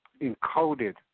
encoded